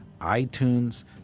iTunes